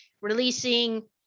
releasing